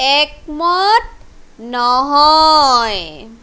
একমত নহয়